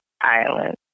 island